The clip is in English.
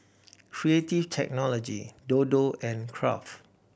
Creative Technology Dodo and Kraft